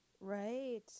Right